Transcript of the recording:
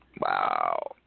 Wow